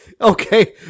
Okay